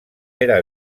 era